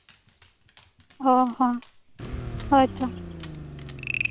ᱚᱸᱻ ᱦᱚᱸ ᱦᱳᱭ ᱛᱚ